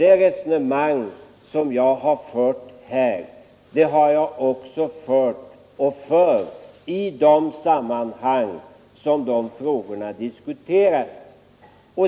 Det resonemang som jag har fört här har jag också fört, och för, i andra sammanhang där de här frågorna diskuteras.